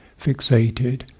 fixated